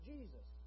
Jesus